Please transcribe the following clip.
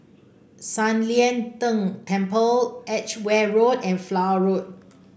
San Lian Deng Temple Edgware Road and Flower Road